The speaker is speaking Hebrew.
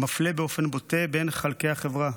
מפלה באופן בוטה בין חלקי החברה.